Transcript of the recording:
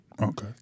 Okay